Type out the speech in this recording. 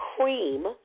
cream